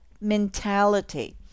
mentality